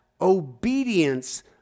obedience